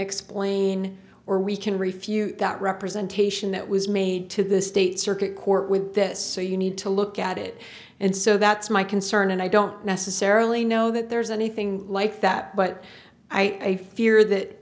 explain or we can refute that representation that was made to the state circuit court with that so you need to look at it and so that's my concern and i don't necessarily know that there's anything like that but i fear that